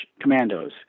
commandos